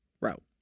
route